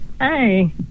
hey